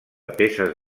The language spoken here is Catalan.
peces